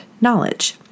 knowledge